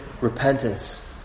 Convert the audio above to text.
repentance